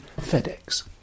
fedex